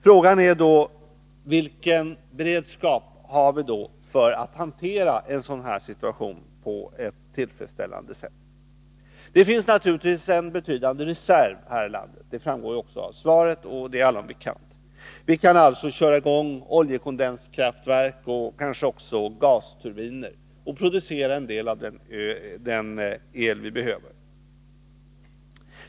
Frågan är då vilken beredskap vi har för att hantera en sådan situation på ett tillfredsställande sätt. Det finns naturligtvis på detta område en betydande reserv här i landet, vilket är allom bekant och även framgår av svaret. Vi kan köra i gång oljekondenskraftverk och kanske också gasturbiner för att producera en del av den el vi behöver.